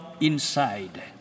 inside